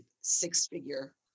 six-figure